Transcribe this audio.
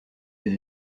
des